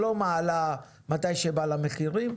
שלא מעלה מתי שבא לה מחירים,